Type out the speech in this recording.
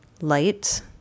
light